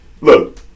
Look